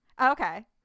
Okay